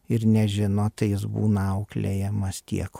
ir nežino tai jis būna auklėjamas tiek